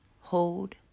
Hold